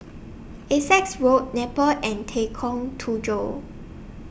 Essex Road Napier and Tujoh